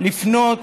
לפנות